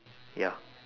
ya